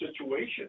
situation